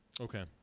Okay